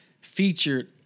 featured